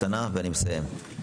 שאלה קטנה ואני מסיים.